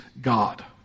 God